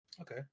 Okay